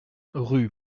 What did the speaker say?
rue